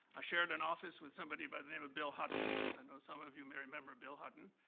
i shared an office with somebody by the name of bill hutton. i know some of you may remember bill hutton.